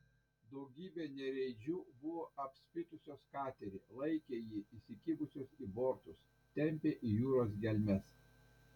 daugybė nereidžių buvo apspitusios katerį laikė jį įsikibusios į bortus tempė į jūros gelmes